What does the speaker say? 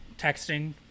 texting